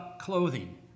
clothing